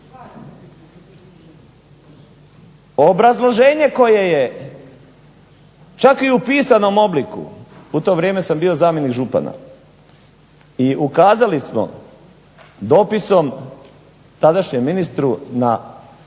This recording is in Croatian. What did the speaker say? Obrazloženje koje je čak i pisanom obliku, u to vrijeme sam bio zamjenik župana, i ukazali smo dopisom tadašnjem ministru na